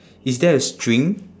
is there a string